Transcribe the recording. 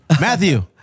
Matthew